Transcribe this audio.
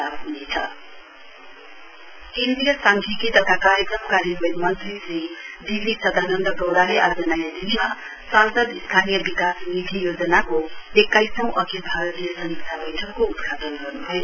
रिभिड meeting केन्द्रीय सांख्यिकी तथा कार्यक्रम कार्यान्वयन मन्त्री श्री डी बी सदानन्द गौड़ाले आज नयाँ दिल्लीमा सांसद स्थानीय विकास निधि योजनाको एक्काइसौं अखिल भारतीय समीक्षा बैठकको उद्घाटन गर्न्भयो